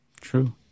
true